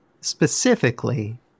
specifically